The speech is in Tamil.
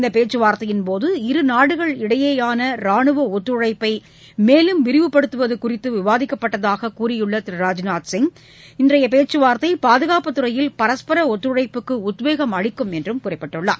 இந்த பேச்சுவார்த்தையின் போது இரு நாடுகள் இடையேயான ரானுவ ஒத்துழைப்பை மேலும் விரிவுப்படுத்துவது குறித்து விவாதிக்கப்பட்டதாக கூறியுள்ள திர ராஜ்நாத்சிய் இன்றைய பேச்சுவார்த்தை பாதுணப்பு துறையில் பரஸ்பர ஒத்துழைப்புக்கு உத்வேகம் அளிக்கும் என்று குறிப்பிட்டுள்ளார்